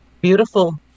beautiful